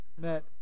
met